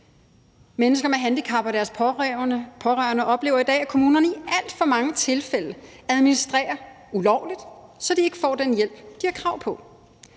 Mennesker med handicap og deres pårørende oplever i dag, at kommunerne i alt for mange tilfælde administrerer ulovligt, så de ikke får den hjælp, de har krav på.